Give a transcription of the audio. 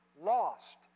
lost